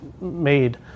made